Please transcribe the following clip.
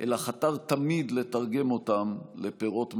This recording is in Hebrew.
אלא חתר תמיד לתרגם אותם לפירות מעשיים.